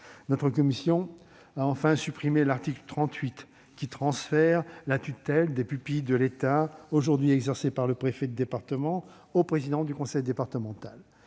Notre commission a enfin supprimé l'article 38, qui transférait la tutelle des pupilles de l'État, aujourd'hui exercée par le préfet de département, au président du conseil départemental.